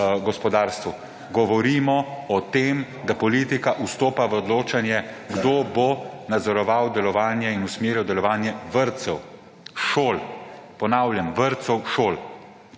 gospodarstvu, govorimo o tem, da politika vstopa v odločanje kdo bo nadzoroval delovanje in usmerjal delovanje vrtcev, šol, ponavljam, vrtcev, šol.